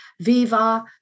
viva